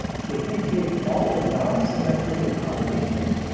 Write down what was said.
so if we take all the non-symmetrical combinations,